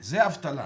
זה אבטלה,